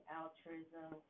altruism